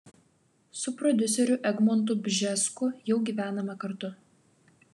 su prodiuseriu egmontu bžesku jau gyvename kartu